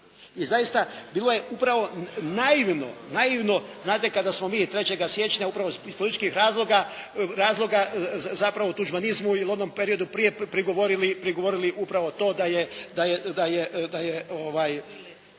I zaista bilo je upravo naivno, znate kada smo mi 3. siječnja upravo iz političkih razloga zapravo u "Tuđmanizmu" ili onom periodu prije prigovorili upravo to da je